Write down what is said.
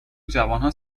جوانها